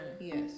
Yes